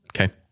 Okay